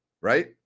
right